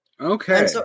Okay